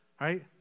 right